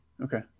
Okay